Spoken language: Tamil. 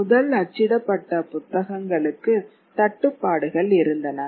முதல் அச்சிடப்பட்ட புத்தகங்களுக்கு தட்டுப்பாடுகள் இருந்தன